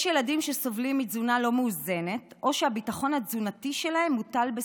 יש ילדים שסובלים מתזונה לא מאוזנת או שהביטחון התזונתי שלהם מוטל בספק.